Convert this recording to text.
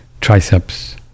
triceps